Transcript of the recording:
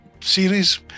series